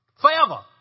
Forever